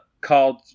called